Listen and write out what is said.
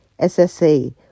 ssa